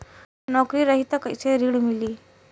नौकरी रही त कैसे ऋण मिली?